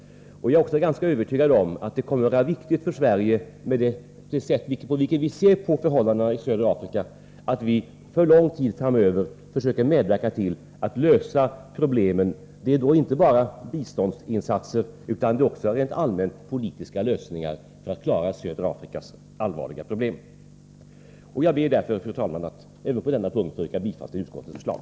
Jag är också övertygad om att det kommer att visa sig viktigt med tanke på vårt sätt att se på förhållandena i södra Afrika att Sverige för lång tid framöver försöker medverka till att lösa problemen. Det är då inte bara fråga om biståndsinsatser utan också rent allmänt politiska lösningar för att klara södra Afrikas allvarliga problem. Fru talman! Jag ber därför att även på denna punkt få yrka bifall till utskottets förslag.